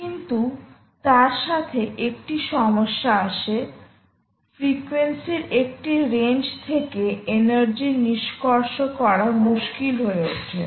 কিন্তু তার সাথে একটি সমস্যা আসে ফ্রিকুয়েন্সির একটি রেঞ্জ থেকে এনার্জি নিষ্কর্ষ করা মুশকিল হয়ে ওঠে